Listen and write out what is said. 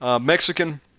Mexican